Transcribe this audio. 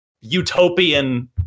utopian